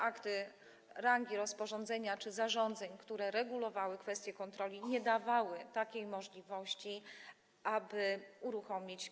Akty rangi rozporządzenia czy zarządzeń, które regulowały kwestie kontroli, nie dawały takiej możliwości, aby to uruchomić.